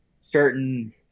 certain